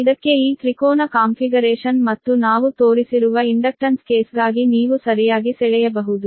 ಇದಕ್ಕೆ ಈ ತ್ರಿಕೋನ ಕಾನ್ಫಿಗರೇಶನ್ ಮತ್ತು ನಾವು ತೋರಿಸಿರುವ ಇಂಡಕ್ಟನ್ಸ್ ಕೇಸ್ಗಾಗಿ ನೀವು ಸರಿಯಾಗಿ ಸೆಳೆಯಬಹುದು